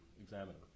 examiner